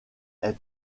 est